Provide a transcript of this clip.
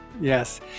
Yes